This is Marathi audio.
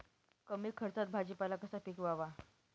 कमी खर्चात भाजीपाला कसा पिकवावा?